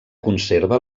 conserva